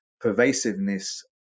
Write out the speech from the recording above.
pervasiveness